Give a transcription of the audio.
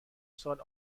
سال